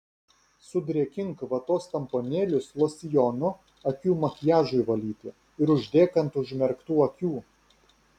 sudrėkink vatos tamponėlius losjonu akių makiažui valyti ir uždėk ant užmerktų akių